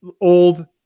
old –